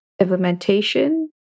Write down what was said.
implementation